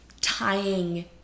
tying